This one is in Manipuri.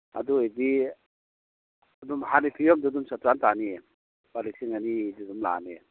ꯑꯗꯨ ꯑꯣꯏꯗꯤ ꯑꯗꯨꯝ ꯍꯥꯟꯅꯩ ꯐꯤꯕꯝꯗꯣ ꯑꯗꯨꯝ ꯆꯞ ꯆꯥ ꯇꯥꯅꯤꯌꯦ ꯂꯨꯄꯥ ꯂꯤꯁꯤꯡ ꯑꯅꯤꯗꯤ ꯑꯗꯨꯝ ꯂꯥꯛꯑꯅꯤ